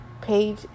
page